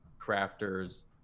crafters